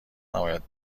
نباید